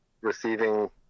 receiving